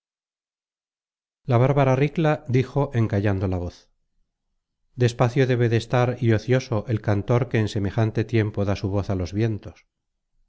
la bárbara ricla dijo en callando la voz despacio debe de estar y ocioso el cantor que en semejante tiempo da su voz á los vientos